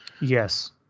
Yes